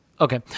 Okay